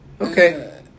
Okay